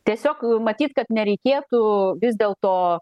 tiesiog matyt kad nereikėtų vis dėl to